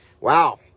Wow